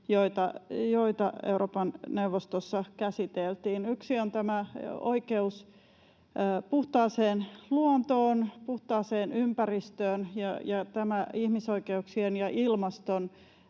joita Euroopan neuvostossa käsiteltiin. Yksi on oikeus puhtaaseen luontoon, puhtaaseen ympäristöön ja ihmisoikeuksien ja ilmaston